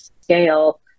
scale